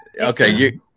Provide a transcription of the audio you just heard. Okay